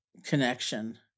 connection